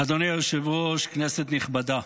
אדוני היושב-ראש, כנסת נכבדה,